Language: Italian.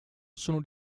sono